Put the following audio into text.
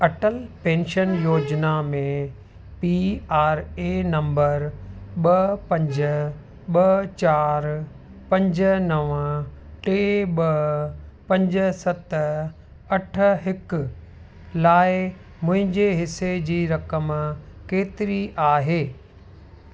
Atal pension योजना में P R A number ॿ पंज ॿ चार पंज नव टे ॿ पंज सत अठ हिक लाइ मुंहिंजे हिसे जी रक़म केतिरी आहे